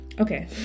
okay